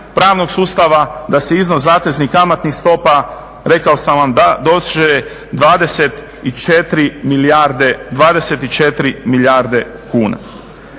pravnog sustava da se iznos zateznih kamatnih stopa rekao sam vam da dođe 24 milijarde kuna.